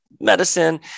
medicine